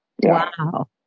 Wow